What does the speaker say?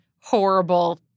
horrible